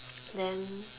then